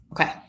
Okay